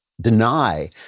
deny